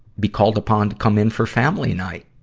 be called upon to come in for family night,